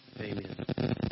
Amen